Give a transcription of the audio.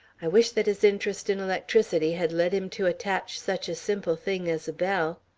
i wish that his interest in electricity had led him to attach such a simple thing as a bell.